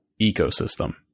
ecosystem